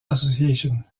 association